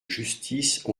justice